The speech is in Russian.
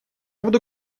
буду